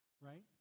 right